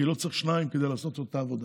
כי לא צריך שניים כדי לעשות את אותה עבודה.